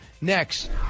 Next